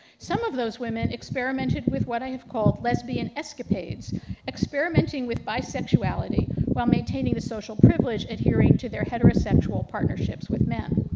some of those women experimented with what i have called lesbian escapades experimenting with bisexuality while maintaining the social privilege adhering to their heterosexual partnerships with men.